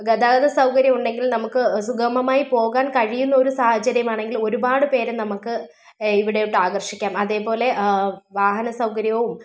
ഗതാഗത സൗകര്യം ഉണ്ടെങ്കിൽ നമുക്ക് സുഗമമായി പോകാൻ കഴിയുന്ന ഒരു സാഹചര്യം ആണെങ്കിൽ ഒരുപാട് പേരെ നമുക്ക് ഇവിടോട്ട് ആകർഷിക്കാം അതേപോലെ വാഹനസൗകര്യവും